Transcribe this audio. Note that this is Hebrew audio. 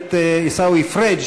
הכנסת עיסאווי פריג',